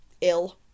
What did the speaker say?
ill